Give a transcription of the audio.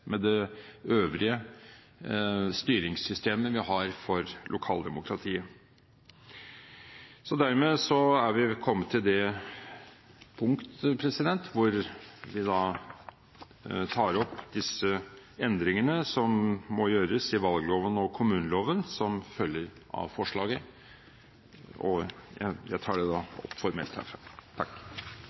med det øvrige styringssystemet vi har for lokaldemokratiet. Dermed er vi kommet til det punkt da vi tar opp disse endringene som må gjøres i valgloven og kommuneloven, som følger av forslaget, og jeg tar det da opp formelt